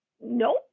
Nope